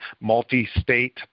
multi-state